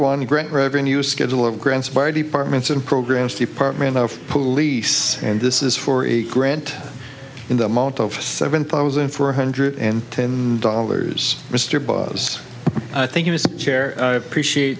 one grant revenue schedule of grants by departments and programs department of police and this is for a grant in the amount of seven thousand four hundred and ten dollars mr burroughs i think it is chair appreciate